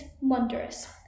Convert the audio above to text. wondrous